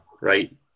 right